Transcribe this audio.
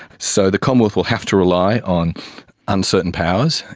so the commonwealth will have to rely on on certain powers.